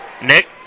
Nick